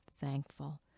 thankful